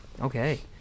okay